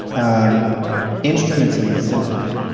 um instruments in a symphony,